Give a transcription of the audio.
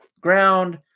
Ground